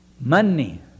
Money